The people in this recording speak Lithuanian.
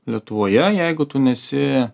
lietuvoje jeigu tu nesi